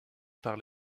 par